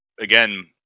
again